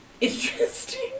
interesting